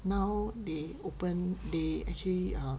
now they open they actually uh